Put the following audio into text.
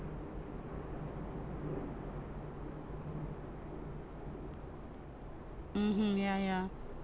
mmhmm ya ya